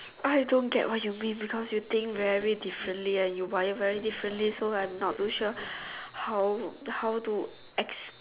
I don't get what you mean because you think very differently and you wire very differently so I'm not to sure how how to ex